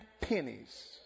pennies